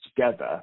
together